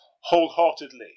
wholeheartedly